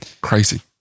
Crazy